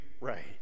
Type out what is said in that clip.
right